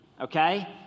Okay